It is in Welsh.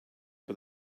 bod